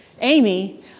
Amy